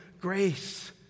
grace